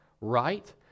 right